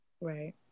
Right